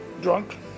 drunk